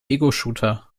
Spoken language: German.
egoshooter